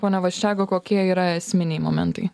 pone vaščega kokie yra esminiai momentai